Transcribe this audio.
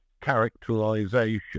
characterization